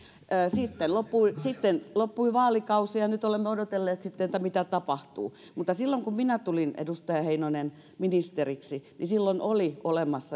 sitten loppui sitten loppui vaalikausi ja nyt olemme odotelleet mitä tapahtuu mutta silloin kun minä tulin edustaja heinonen ministeriksi oli